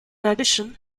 addition